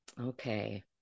okay